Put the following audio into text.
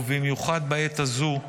ובמיוחד בעת הזו,